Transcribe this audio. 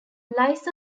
lies